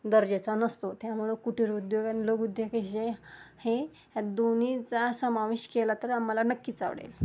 दर्जाचा नसतो त्यामुळं कुटीर उद्योग आणि लघुउद्योग हे ह्या दोन्हीचा समावेश केला तर आम्हाला नक्कीच आवडेल